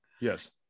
Yes